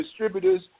distributors